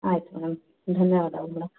ಆಯಿತು ಮೇಡಮ್ ಧನ್ಯವಾದಗಳು ಮೇಡಮ್